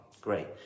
Great